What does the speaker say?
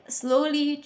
slowly